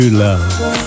love